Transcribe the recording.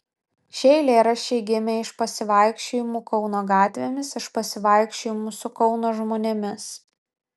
šie eilėraščiai gimė iš pasivaikščiojimų kauno gatvėmis iš pasivaikščiojimų su kauno žmonėmis